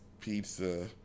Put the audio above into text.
pizza